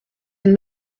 and